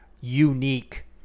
unique